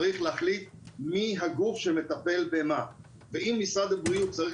צריך להחליט מי הגוף שמטפל במה ואם משרד הבריאות צריך